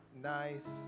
nice